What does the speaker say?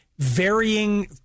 varying